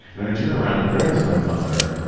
and i turn around and there is my mother,